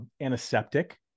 antiseptic